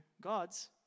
gods